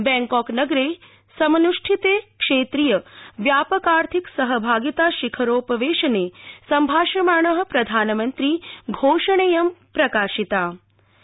Bangkok नगरे समनुष्ठिते क्षेत्रीय व्यापकार्थिक सहभागिता शिखरोपवेशने सम्भाषमाणः प्रधानमन्त्री घोषणामिमां प्रकाशितवानु